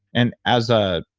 and as ah